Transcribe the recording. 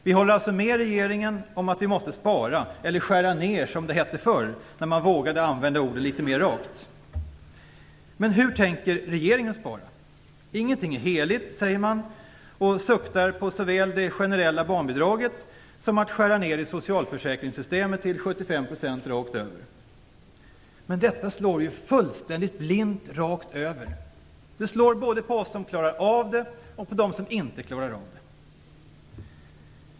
Vi håller alltså med regeringen om att vi måste spara, eller skära ner, som det hette förr när man vågade använda orden litet mer rakt. Men hur tänker regeringen spara? Man säger att ingenting är heligt, och suktar på såväl det generella barnbidraget som att skära ner socialförsäkringssystemen till 75 % rakt över. Detta slår fullständigt blint. Det slår både på oss som klarar av det och på dem som inte klarar av det.